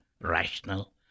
rational